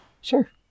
sure